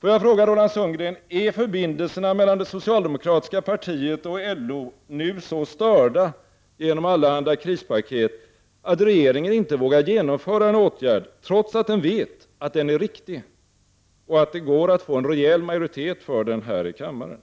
Får jag fråga Roland Sundgren: Är förbindelserna mellan det socialdemokratiska partiet och LO nu så störda genom allehanda krispaket att regeringen inte vågar genomföra en åtgärd, trots att den vet att den är riktig och att det går att få en rejäl majoritet för den här i kammaren?